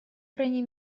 крайней